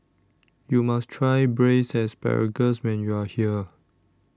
YOU must Try Braised Asparagus when YOU Are here